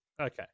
Okay